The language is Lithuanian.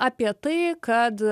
apie tai kad